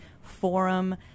Forum